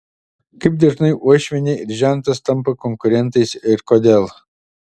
kaip dažnai uošvienė ir žentas tampa konkurentais ir kodėl